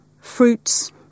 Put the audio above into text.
fruits